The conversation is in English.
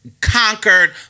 conquered